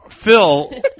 Phil